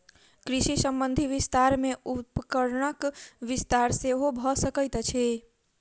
कृषि संबंधी विस्तार मे उपकरणक विस्तार सेहो भ सकैत अछि